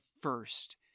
first